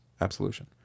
absolution